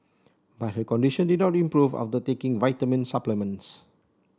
but her condition did not improve after taking vitamin supplements